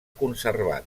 conservat